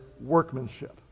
workmanship